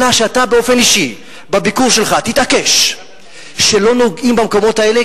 אלא שאתה באופן אישי בביקור שלך תתעקש שלא נוגעים במקומות האלה,